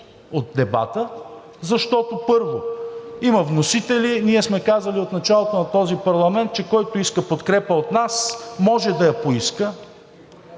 от дебата, защото, първо, има вносители. Ние сме казали от началото на този парламент, че който иска подкрепа от нас, може да я поиска,